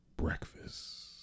breakfast